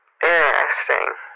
interesting